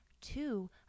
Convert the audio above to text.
two